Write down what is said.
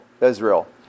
Israel